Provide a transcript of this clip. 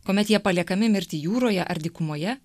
kuomet jie paliekami mirti jūroje ar dykumoje